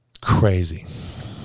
Crazy